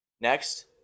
next